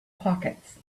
pockets